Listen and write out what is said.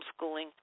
homeschooling